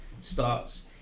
starts